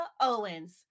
Owens